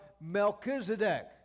Melchizedek